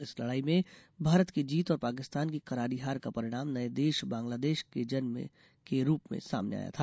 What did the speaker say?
इस लड़ाई में भारत की जीत और पाकिस्तान की करारी हार का परिणाम नये देश बंगलादेश के जन्म के रूप में सामने आया था